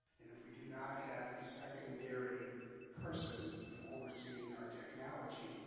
you know if we do not have a secondary person and overseeing our technology